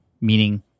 meaning